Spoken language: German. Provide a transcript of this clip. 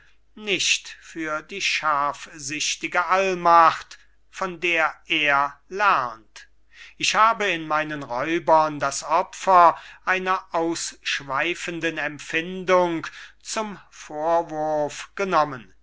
nicht für die scharfsichtige allmacht von der er lernt ich habe in meinen räubern das opfer einer ausschweifenden empfindung zum vorwurf genommen